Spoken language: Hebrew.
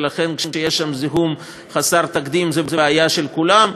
ולכן, כשיש שם זיהום חסר תקדים זו בעיה של כולם.